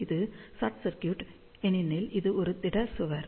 இது short circuit ஏனெனில் இது ஒரு திட சுவர்